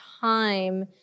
time